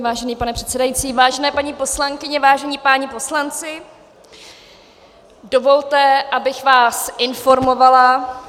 Vážený pane předsedající, vážené paní poslankyně, vážení páni poslanci, dovolte, abych vás informovala.